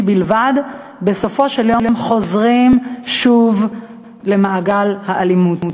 בלבד בסופו של יום חוזרים למעגל האלימות.